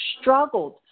struggled